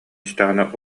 истэҕинэ